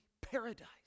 paradise